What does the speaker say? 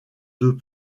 deux